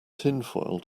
tinfoil